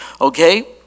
Okay